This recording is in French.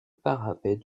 parapet